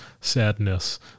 sadness